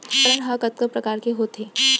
उपकरण हा कतका प्रकार के होथे?